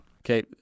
Okay